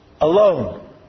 alone